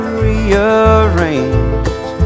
rearranged